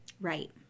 right